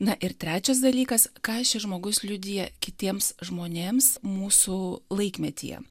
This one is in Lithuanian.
na ir trečias dalykas ką šis žmogus liudija kitiems žmonėms mūsų laikmetyje